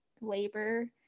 labor